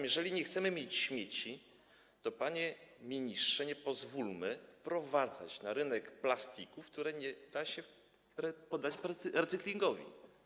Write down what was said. Jeżeli nie chcemy mieć śmieci, panie ministrze, nie pozwólmy wprowadzać na rynek plastików, których nie da się poddać recyklingowi.